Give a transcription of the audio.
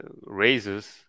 raises